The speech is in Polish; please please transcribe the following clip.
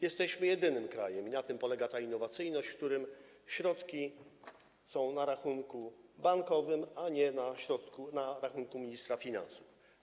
Jesteśmy jedynym krajem, i na tym polega ta innowacyjność, w którym środki są na rachunku bankowym, a nie na rachunku ministra finansów.